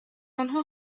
آنها